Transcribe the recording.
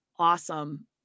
awesome